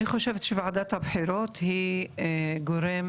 אני חושבת שוועדת הבחירות היא גורם